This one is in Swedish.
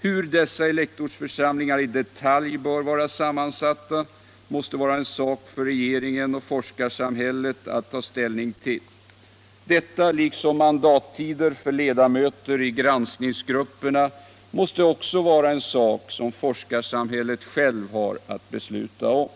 Hur dessa elektorsförsamlingar i detalj bör vara sammansatta måste vara en sak för regeringen och forskarsamhället att ta ställning till. Detta liksom mandattider för ledamöter i granskningsgrupperna måste också vara en sak som forskarsamhället självt har att besluta om.